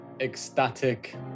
ecstatic